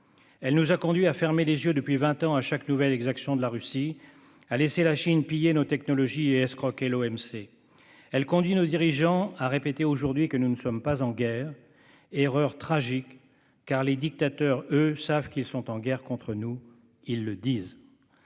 Elle nous a conduits à fermer les yeux, depuis vingt ans, à chaque nouvelle exaction de la Russie, à laisser la Chine piller nos technologies et escroquer l'Organisation mondiale du commerce (OMC). Elle conduit nos dirigeants à répéter aujourd'hui que nous ne sommes pas en guerre, erreur tragique, car les dictateurs, eux, savent qu'ils sont en guerre contre nous. Ils le disent.